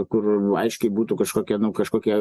kur aiškiai būtų kažkokie nu kažkokie